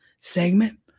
segment